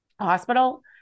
hospital